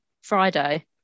friday